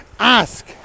ask